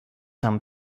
tam